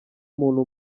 muntu